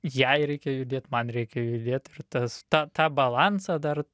jai reikia judėt man reikia judėt ir tas tą tą balansą dar